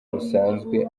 busanzwe